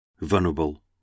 Vulnerable